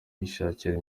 yishakira